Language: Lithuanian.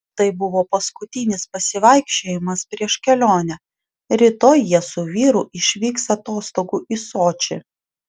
tai buvo paskutinis pasivaikščiojimas prieš kelionę rytoj jie su vyru išvyks atostogų į sočį